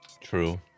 True